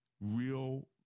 real